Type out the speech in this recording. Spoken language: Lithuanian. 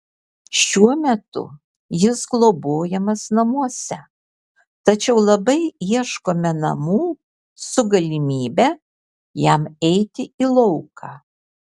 šiuo metu jis globojamas namuose tačiau labai ieškome namų su galimybe jam eiti į lauką